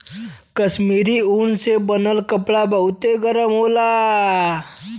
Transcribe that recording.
कश्मीरी ऊन से बनल कपड़ा बहुते गरम होला